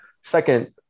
Second